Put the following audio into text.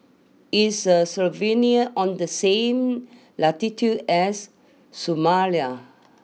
is the Slovenia on the same latitude as Somalia